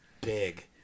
big